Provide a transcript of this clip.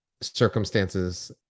circumstances